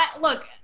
look